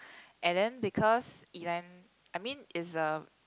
and then because event I mean it's a